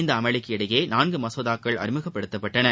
இந்த அமளிக்கிடையே நான்கு மசோதாக்கள் அறிமுகப்படுத்தப்பட்டன